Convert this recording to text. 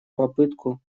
попытку